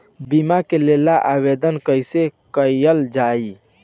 बीमा के लेल आवेदन कैसे कयील जाइ?